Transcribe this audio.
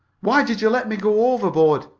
why did you let me go overboard?